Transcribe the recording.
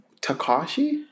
Takashi